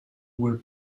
were